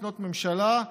לקנות ממשלה,